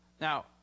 Now